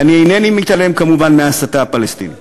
ואני אינני מתעלם, כמובן, מההסתה הפלסטינית.